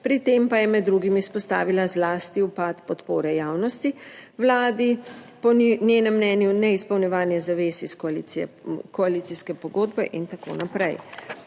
pri tem pa je med drugim izpostavila zlasti upad podpore javnosti vladi, po njenem mnenju neizpolnjevanje zavez iz koalicijske pogodbe in tako naprej.